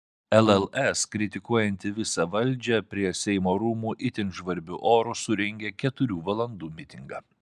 lls kritikuojanti visą valdžią prie seimo rūmų itin žvarbiu oru surengė keturių valandų mitingą